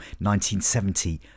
1970